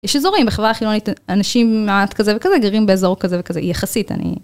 יש אזורים בחברה החילונית, אנשים מעט כזה וכזה גרים באזור כזה וכזה, יחסית, אני...